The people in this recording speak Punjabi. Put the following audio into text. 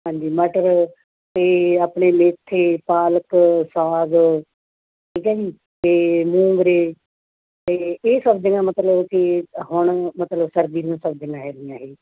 ਹਾਂਜੀ ਮਟਰ ਅਤੇ ਆਪਣੇ ਮੇਥੇ ਪਾਲਕ ਸਾਗ ਠੀਕ ਹੈ ਜੀ ਅਤੇ ਮੂੰਗਰੇ ਅਤੇ ਇਹ ਸਬਜ਼ੀਆਂ ਮਤਲਬ ਕਿ ਹੁਣ ਮਤਲਬ ਸਰਦੀ ਦੀਆਂ ਸਬਜ਼ੀਆਂ ਹੈਗੀਆਂ ਇਹ